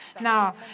Now